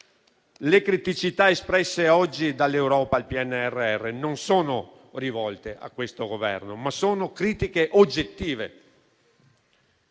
Le criticità espresse oggi dall'Europa al PNRR non sono rivolte a questo Governo, ma sono critiche oggettive.